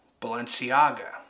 Balenciaga